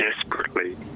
desperately